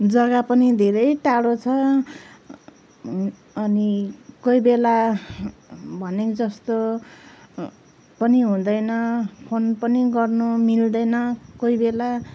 जग्गा पनि धेरै टाडो छ अनि कोही बेला भनेको जस्तो पनि हुँदैन फोन पनि गर्नु मिल्दैन कोही बेला